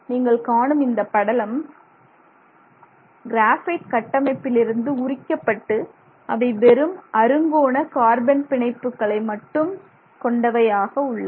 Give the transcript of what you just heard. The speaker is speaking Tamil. நீங்கள் காணும் இந்த படலம் ஒழிக்கப்பட்டு ஒழிக்கப்பட்டு கிராபைட் கட்டமைப்பிலிருந்து உரிக்கப்பட்டு அவை வெறும் அறுங்கோண கார்பன் அணுக்களை மட்டும் கொண்டவையாக உள்ளன